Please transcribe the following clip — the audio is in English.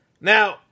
Now